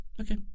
Okay